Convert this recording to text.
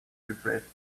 refreshed